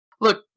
look